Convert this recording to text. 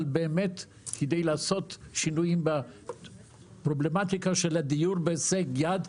כדי לעשות באמת שינויים בבעייתיות של הדיור בהישג יד.